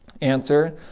Answer